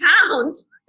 pounds